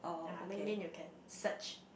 ah LinkedIn you can search